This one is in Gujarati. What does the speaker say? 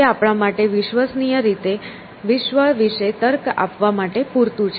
તે આપણા માટે વિશ્વસનીય રીતે વિશ્વ વિશે તર્ક આપવા માટે પૂરતું છે